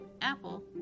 Apple